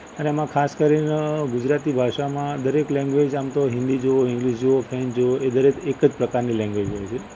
અને આમાં ખાસ કરીને ગુજરાતી ભાષામાં દરેક લૅન્ગવેજ આમ તો હિન્દી જુઓ ઈંગ્લિશ જુઓ ફ્રૅંચ જુઓ એ દરેક આમ તો એક જ પ્રકારની લૅન્ગવેજ હોય છે